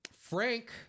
Frank